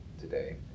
today